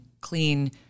clean